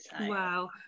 Wow